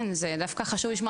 כן, זה דווקא חשוב לשמוע